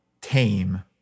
tame